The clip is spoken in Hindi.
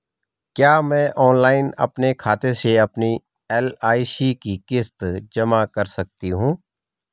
क्या मैं ऑनलाइन अपने खाते से अपनी एल.आई.सी की किश्त जमा कर सकती हूँ?